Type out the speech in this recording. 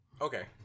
Okay